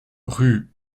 rue